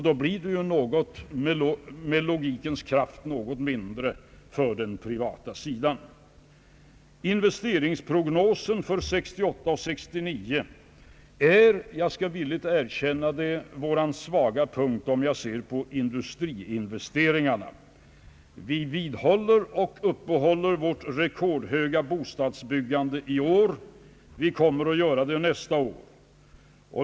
Då blir det med logikens kraft något mindre för den privata sidan. Investeringsprognosen för 1968 och 1969 är jag skall villigt erkänna det — vår svaga punkt, om jag ser på industriinvesteringarna. Vi uppehåller vårt rekordhöga bostadsbyggande i år, och vi kommer att göra det även nästa år.